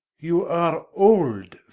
you are old,